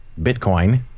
Bitcoin